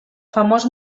famós